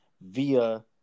via